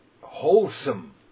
wholesome